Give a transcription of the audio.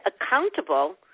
accountable